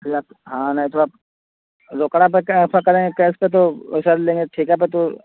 भैया हाँ नहीं तो अब रोकड़ा बिकड़ा ऐसा करेंगे कैश पर तो सर लेंगे ठेके पर ठेका पर तो